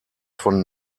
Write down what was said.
von